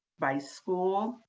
by school,